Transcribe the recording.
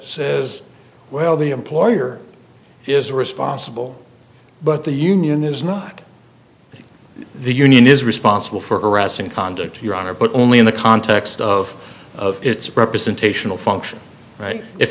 says well the employer is responsible but the union is not the union is responsible for arrest and conduct your honor but only in the context of of it's representational function right if